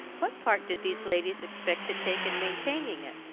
what part do these ladies expect to take in maintaining it?